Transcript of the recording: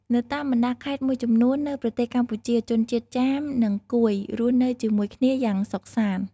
នៅតាមបណ្តាខេត្តមួយចំនួននៅប្រទេសកម្ពុជា ជនជាតិចាម និង កួយរស់នៅជាមួយគ្នាយ៉ាងសុខសាន្ត។